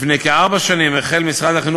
אדוני, עד עשר